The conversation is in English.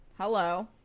Hello